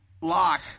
Lock